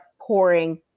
pouring